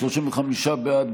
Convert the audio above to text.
35 בעד,